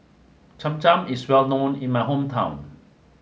Cham Cham is well known in my hometown